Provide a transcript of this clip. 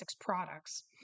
products